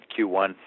Q1